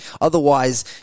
otherwise